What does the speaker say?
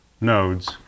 nodes